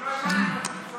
שמעת מצוין, שמעת מצוין.